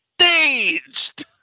staged